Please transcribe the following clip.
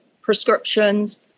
prescriptions